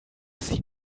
seen